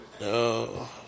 no